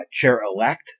chair-elect